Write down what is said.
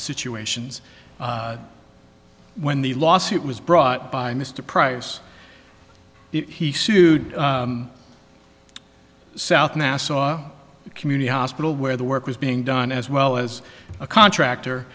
situations when the lawsuit was brought by mr price he sued south nassau community hospital where the work was being done as well as a contractor